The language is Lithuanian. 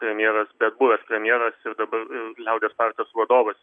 premjeras bet buvęs premjeras ir dabar liaudies partijos vadovas